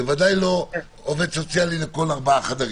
ודאי לא עובדת סוציאלית לכל ארבעה חדרים.